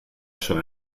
schon